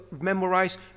memorize